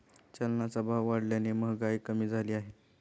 चलनाचा भाव वाढल्याने महागाई कमी झाली आहे